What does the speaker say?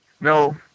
No